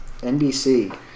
NBC